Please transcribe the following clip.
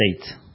state